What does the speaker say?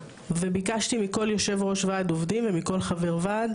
וביקשתי מכל יושב ועד עובדים ומכל חבר ועד